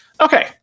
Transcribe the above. Okay